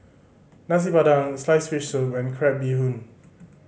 Nasi Padang sliced fish soup and crab bee hoon